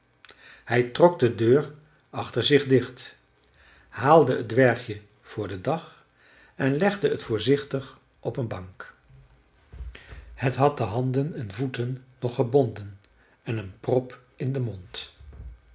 hij trok de deur achter zich dicht haalde het dwergje voor den dag en legde het voorzichtig op een bank het had de handen en voeten nog gebonden en een prop in den mond